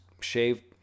shaved